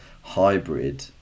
hybrid